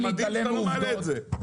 זה מדהים שאתה לא מעלה את זה.